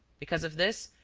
because of this,